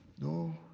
No